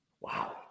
Wow